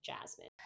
Jasmine